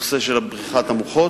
הנושא של בריחת המוחות,